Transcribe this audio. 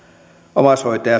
omaishoitaja